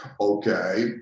Okay